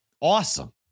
Awesome